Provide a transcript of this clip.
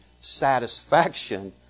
satisfaction